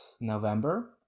november